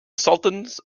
sultans